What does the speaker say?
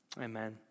Amen